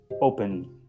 open